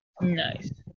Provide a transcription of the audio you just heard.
Nice